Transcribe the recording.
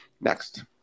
next